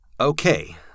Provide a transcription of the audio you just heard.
Okay